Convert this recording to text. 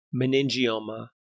meningioma